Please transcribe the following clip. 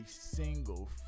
single